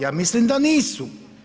Ja mislim da nisu.